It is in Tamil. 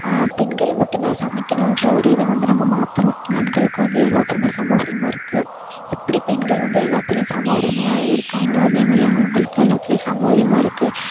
பெண்கள் மட்டும் தான் சமைக்கணுகிற ஒரு இது வந்து நம்ம மாற்றணும் ஆண்களுக்கும் அது எல்லாத்துலேயுமே சம உரிமை இருக்குது எப்படி பெண்கள் வந்து எல்லாத்துலேயும் சம உரிமையாக இருக்காங்களோ அதே மாரி ஆண்களுக்கும் எல்லாத்துலேயும் சம உரிமை இருக்குது